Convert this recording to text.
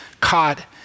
caught